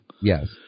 Yes